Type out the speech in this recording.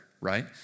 right